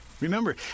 Remember